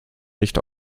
nicht